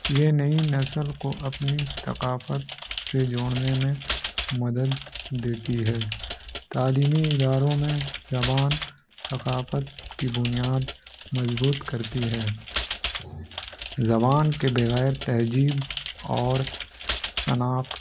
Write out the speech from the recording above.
یہ نئی نسل کو اپنی ثقافت سے جوڑنے میں مدد دیتی ہے تعلیمی اداروں میں زبان ثقافت کی بنیاد مضبوط کرتی ہے زبان کے بغیر تہجیب اور نافت